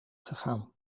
gegaan